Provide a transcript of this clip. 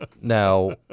Now